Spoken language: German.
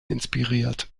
inspiriert